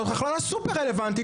זו החלטה סופר רלוונטית.